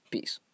Peace